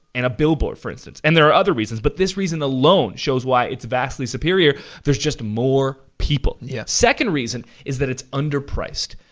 and a billboard, for instance. and there are other reasons, but this reason alone, shows why it's vastly superior. there's just more people. yeah. second reason, is that it's under-priced.